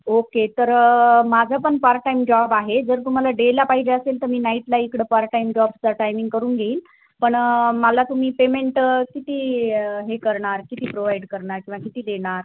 okay तर माझा पण पार्टटाईम जॉब आहे जर तुम्हाला डेला पाहिजे असेल तर मी नाईटला इकडं पार्टटाईम जॉबचा टाईमिंग करून घेईल पण मला तुम्ही पेमेंट किती हे करणार किती प्रोव्हाइड करणार किंवा किती देणार